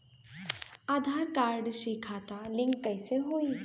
आधार card से खाता link कईसे होई?